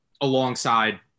alongside